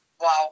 Wow